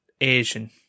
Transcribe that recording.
Asian